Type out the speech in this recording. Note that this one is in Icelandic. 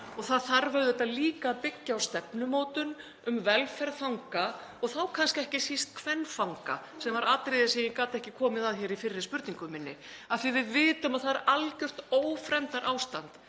ár. Það þarf auðvitað líka að byggja á stefnumótun um velferð fanga og þá kannski ekki síst kvenfanga, sem var atriðið sem ég gat ekki komið að í fyrri spurningu minni, af því að við vitum að það er algjört ófremdarástand,